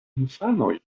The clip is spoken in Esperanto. infanoj